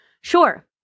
Sure